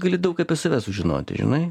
gali daug apie save sužinoti žinai